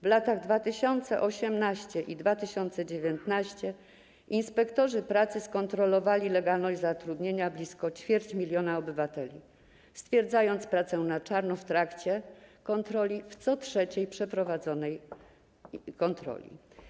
W latach 2018 i 2019 inspektorzy pracy skontrolowali legalność zatrudnienia blisko ćwierć miliona obywateli, stwierdzając pracę na czarno w trakcie kontroli w co trzeciej przeprowadzonej kontroli.